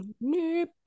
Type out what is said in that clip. Nope